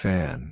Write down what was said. Fan